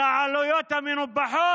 לגבי העלויות המנופחות,